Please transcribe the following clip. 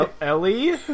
Ellie